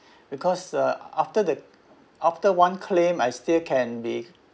because uh after the after one claim I still can be